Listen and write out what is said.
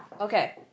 okay